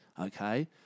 Okay